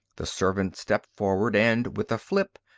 the servant stepped forward and, with a flip,